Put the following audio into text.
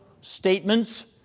statements